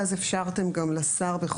ואז גם אפשרתם לשר לקבוע אחרת,